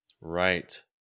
Right